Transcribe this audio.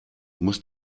muss